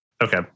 Okay